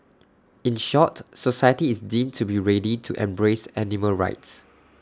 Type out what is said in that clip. in short society is deemed to be ready to embrace animal rights